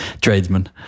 tradesman